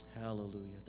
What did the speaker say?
hallelujah